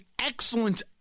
excellent